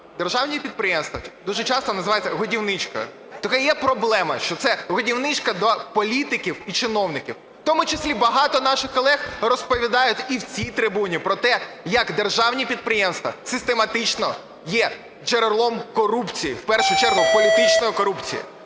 державні підприємства дуже часто називаються "годівничкою". Так і є проблема, що це годівничка до політиків і чиновників. В тому числі багато наших колег розповідають і на цій трибуні про те, як державні підприємства систематично є джерелом корупції, в першу чергу – політичної корупції.